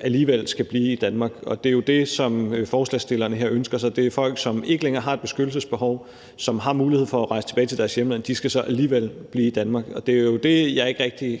alligevel skal blive i Danmark. Og det er jo det, som forslagsstillerne her ønsker sig: Det er, at folk, der ikke længere har et beskyttelsesbehov, og som har muligheden for at rejse tilbage til deres hjemland, så alligevel skal blive i Danmark. Og det er jo det, jeg ikke rigtig